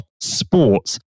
Sports